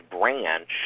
branch